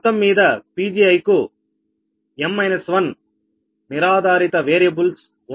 మొత్తం మీద Pgi కు నిరాధారిత వేరియబుల్ ఉన్నాయి